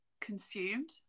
consumed